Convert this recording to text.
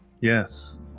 Yes